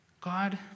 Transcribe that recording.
God